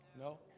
No